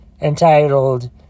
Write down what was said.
entitled